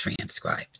transcribed